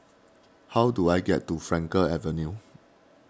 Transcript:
how do I get to Frankel Avenue